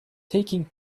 taking